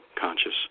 conscious